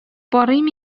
барыйм